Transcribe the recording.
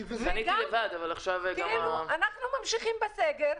אנחנו ממשיכים בסגר,